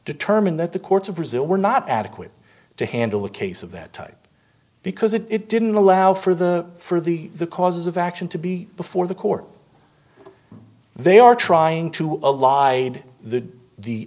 determined that the courts of brazil were not adequate to handle a case of that type because it didn't allow for the for the the cause of action to be before the court they are trying to allied t